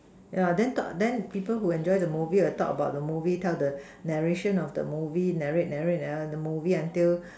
yeah then talk then people who enjoy the movie will talk about the movie tell the narration of the movie narrate narrate ah the movie until